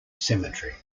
cemetery